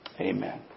Amen